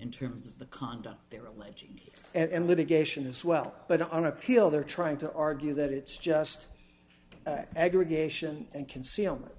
in terms of the condom they're alleging and litigation as well but on appeal they're trying to argue that it's just aggregation and concealment